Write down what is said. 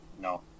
No